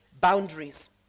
boundaries